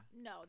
No